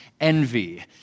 envy